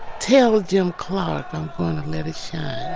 tell jim clark i'm going to let it shine